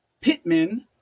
Pittman